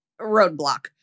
roadblock